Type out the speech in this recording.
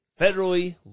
federally